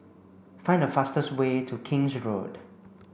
find the fastest way to King's Road